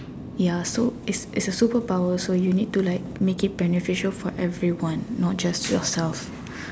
ya so it's it's a superpower so you need to like make it beneficial for everyone not just yourself